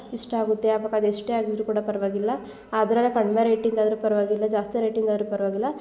ಇಷ್ಟ ಆಗುತ್ತೆ ಅಮೌಂಟ್ ಅದು ಎಷ್ಟೇ ಆಗಿದ್ದರೂ ಕೂಡ ಪರವಾಗಿಲ್ಲ ಆದರೆ ಕಡಿಮೆ ರೇಟಿಂದು ಆದರೂ ಪರವಾಗಿಲ್ಲ ಜಾಸ್ತಿ ರೇಟಿಂದು ಆದರು ಪರವಾಗಿಲ್ಲ